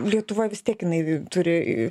lietuva vis tiek jinai turi